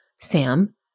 Sam